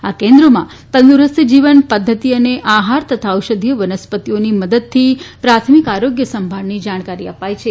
આ કેન્દ્રોમાં તંદુરસ્ત જીવન પદ્વતિ અને આફાર તથા ઔષધિય વનસ્પતિઓની મદદથી પ્રાથમિક આરોગ્ય સંભાળની જાણકારી અપાય છે